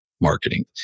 marketing